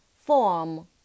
Form